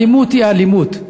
אלימות היא אלימות.